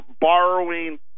borrowing